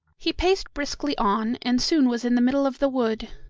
he paced briskly on, and soon was in the middle of the wood.